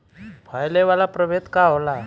फैले वाला प्रभेद का होला?